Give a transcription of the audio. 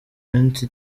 munsi